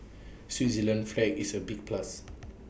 Switzerland's flag is A big plus